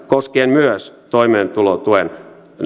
koskien myös toimeentulotuen